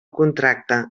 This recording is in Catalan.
contracte